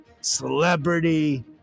celebrity